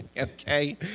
Okay